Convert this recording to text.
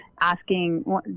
asking